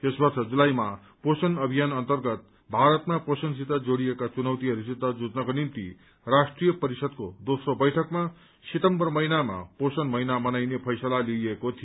यस वर्ष जुलाईमा पोषण अभियान अन्तर्गत भारतमा पोषणसित जोड़िएका चुनौतिहरूसित जुझ्नको निम्ति राष्ट्रीय परिषदको दोम्रो बैठकमा सितम्बर महिनामा पोषण महिना मनाइने फैसला लिइएको थियो